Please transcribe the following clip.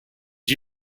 you